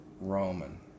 Roman